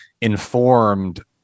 informed